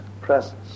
presence